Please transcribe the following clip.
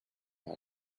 our